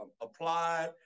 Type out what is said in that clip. applied